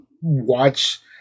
watch